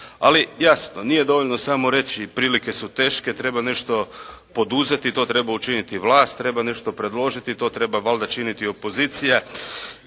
Ali jasno, nije dovoljno samo reći prilike su teške, treba nešto poduzeti i to treba učiniti vlast, treba nešto predložiti, to treba valjda činiti opozicija,